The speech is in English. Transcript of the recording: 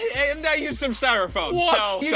and i used some styrofoam, yeah yeah